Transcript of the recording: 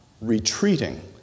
retreating